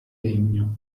legno